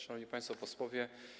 Szanowni Państwo Posłowie!